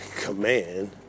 command